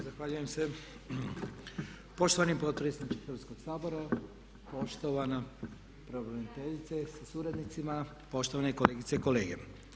Zahvaljujem se poštovani potpredsjedniče Hrvatskoga sabora, poštovana pravobraniteljice sa suradnicima, poštovane kolegice i kolege.